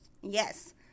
Yes